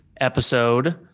episode